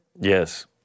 Yes